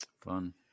Fun